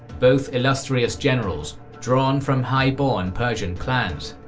both illustrious generals drawn from highborn persian clans.